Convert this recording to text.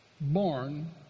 born